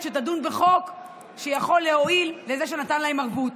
שתדון בחוק שיכול להועיל לזה שנתן להם ערבות.